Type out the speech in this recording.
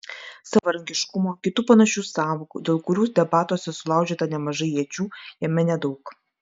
savarankiškumo kitų panašių sąvokų dėl kurių debatuose sulaužyta nemažai iečių jame nedaug